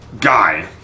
guy